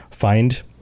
find